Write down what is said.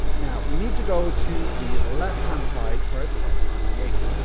now, we need to go to the left hand side where it says create.